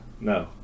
No